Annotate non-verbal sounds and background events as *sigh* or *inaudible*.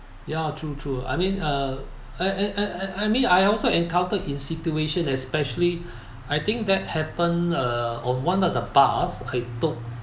ya true true I mean uh and and and and I mean I also encountered in situation especially *breath* I think that happen uh on one of the bus I took